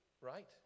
Right